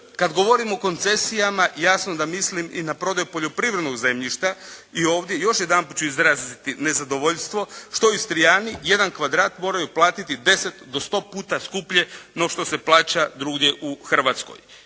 Kad govorimo o koncesijama jasno da mislim i na prodaju poljoprivrednog zemljišta. I ovdje još jedanput ću izraziti nezadovoljstvo što Istrijani 1 kvadrat moraju platiti 10 do 100 puta skuplje no što se plaća drugdje u Hrvatskoj.